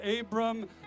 Abram